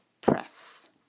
Press